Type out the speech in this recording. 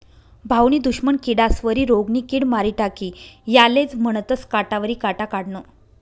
भाऊनी दुश्मन किडास्वरी रोगनी किड मारी टाकी यालेज म्हनतंस काटावरी काटा काढनं